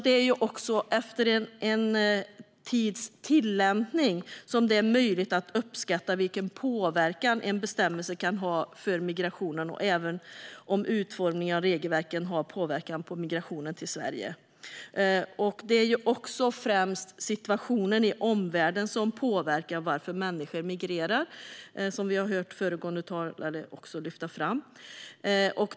Det är först efter en tids tillämpning som det är möjligt att uppskatta vilken påverkan en bestämmelse kan ha på migrationen, liksom om utformningen av regelverken har påverkan på migrationen till Sverige. Det är också främst situationen i omvärlden som påverkar varför människor migrerar, vilket vi också har hört föregående talare lyfta fram.